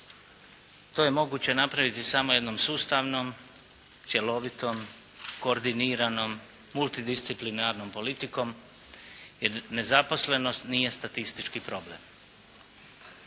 To je moguće napraviti samo jednom sustavnom, cjelovitom, koordiniranom, mulidisciplinarnom politikom jer nezaposlenost nije politički problem.